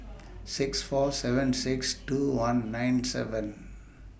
six four seven six two one nine seven